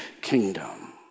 kingdom